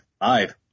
Five